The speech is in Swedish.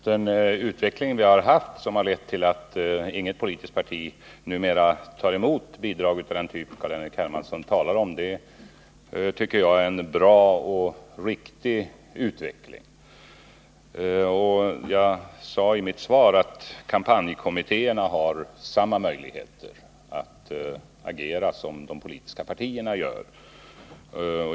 Herr talman! Den utveckling som vi har haft och som har lett till att inget politiskt parti numera tar emot bidrag av den typ Carl-Henrik Hermansson talar om tycker jag är bra och riktig. Jag sade i mitt svar att kampanjkommittéerna har samma möjligheter att agera som de politiska partierna.